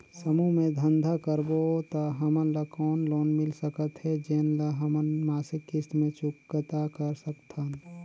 समूह मे धंधा करबो त हमन ल कौन लोन मिल सकत हे, जेन ल हमन मासिक किस्त मे चुकता कर सकथन?